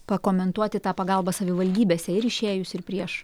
pakomentuoti tą pagalbą savivaldybėse ir išėjus ir prieš